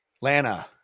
Lana